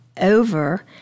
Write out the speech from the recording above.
over